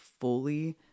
fully